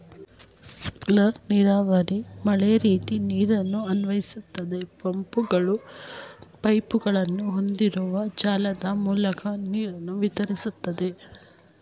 sprinkler ನೀರಾವರಿ ಮಳೆರೀತಿ ನೀರನ್ನು ಅನ್ವಯಿಸ್ತದೆ ಪಂಪ್ಗಳು ಪೈಪ್ಗಳನ್ನು ಹೊಂದಿರುವ ಜಾಲದ ಮೂಲಕ ನೀರನ್ನು ವಿತರಿಸ್ತದೆ